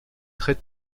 très